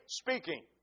speaking